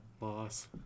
loss